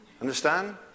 Understand